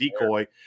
decoy